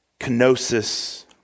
Kenosis